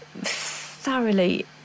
thoroughly